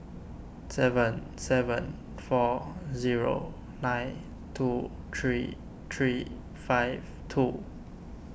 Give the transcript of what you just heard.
seven seven four zero nine two three three five two